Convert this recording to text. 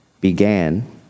began